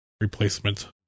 replacement